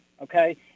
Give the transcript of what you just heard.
okay